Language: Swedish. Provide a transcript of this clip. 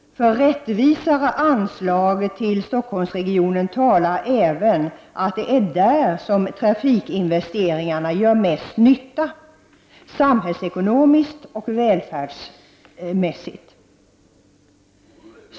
För rättvisare anslag till Stockholmsregionen talar även det faktum att det är där som trafikinvesteringarna gör mest nytta, samhällsekonomiskt och välfärdsmässigt.